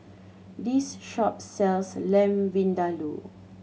this shop sells Lamb Vindaloo